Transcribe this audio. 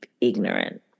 ignorant